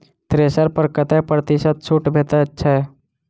Thresher पर कतै प्रतिशत छूट भेटय छै?